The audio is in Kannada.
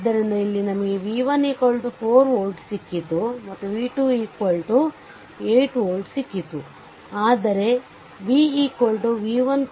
ಆದ್ದರಿಂದ ಇಲ್ಲಿ ನಮಗೆ v1 4 volt ಸಿಕ್ಕಿತು ಮತ್ತು v2 8 volt ಸಿಕ್ಕಿತು ಆದರೆ v ಏನು